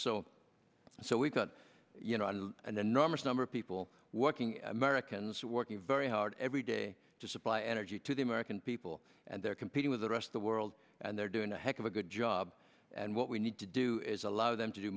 so so we've got you know and then enormous number of people working americans working very hard every day to supply energy to the american people and they're competing with the rest of the world and they're doing a heck of a good job and what we need to do is allow them to do